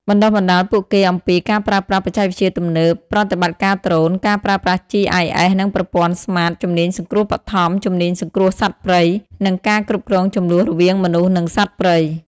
បណ្តុះបណ្តាលពួកគេអំពី ការប្រើប្រាស់បច្ចេកវិទ្យាទំនើប ប្រតិបត្តិការដ្រូន ការប្រើប្រាស់ GIS និងប្រព័ន្ធ SMART ជំនាញសង្គ្រោះបឋម ជំនាញសង្គ្រោះសត្វព្រៃ និង ការគ្រប់គ្រងជម្លោះ រវាងមនុស្ស និងសត្វព្រៃ។